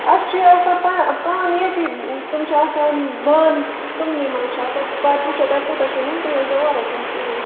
اسہِ چھُ یہِ آسان پانہٕ ییٚتی تِم چھِ آسان بانہٕ تِمنٕے منٛز چھِ آسان پتہٕ وُچھُو تُۄہہِ کوٗتاہ چھُ نیُن تُہۍ أنزیٚو اورے کیٚنٛہہ سۭتۍ